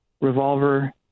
revolver